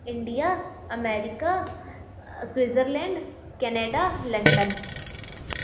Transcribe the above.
India America Switzerland Canada London